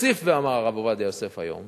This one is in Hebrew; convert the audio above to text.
והוסיף ואמר הרב עובדיה יוסף היום